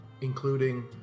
including